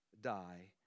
die